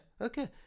Okay